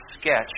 sketch